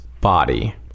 body